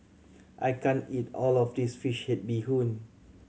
I can't eat all of this fish head bee hoon